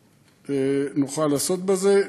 נוכל לעסוק בזה.